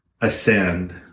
ascend